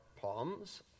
palms